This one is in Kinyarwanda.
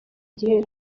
gihe